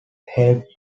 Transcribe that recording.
help